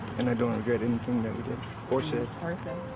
and i don't regret anything that we did or said. or so